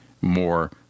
more